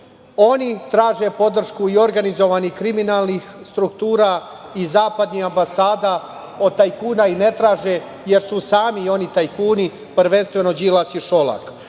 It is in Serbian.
Oni traže podršku i organizovani kriminalnih struktura i zapadnih ambasada, od tajkuna i ne traže jer su sami tajkuni, prvenstveno Đilas i Šolak. Ovom